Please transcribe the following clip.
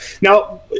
Now